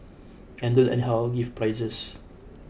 and don't anyhow give prizes